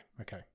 okay